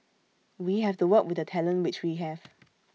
we have to work with the talent which we have